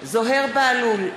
זוהיר בהלול,